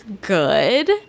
good